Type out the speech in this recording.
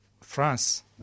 France